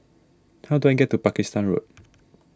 how do I get to Pakistan Road